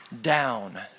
down